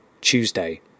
tuesday